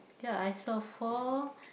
ya I saw four